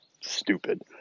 Stupid